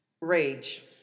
Rage